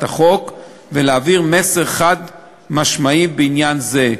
החוק ולהעביר מסר חד-משמעי בעניין זה.